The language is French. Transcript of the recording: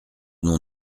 nom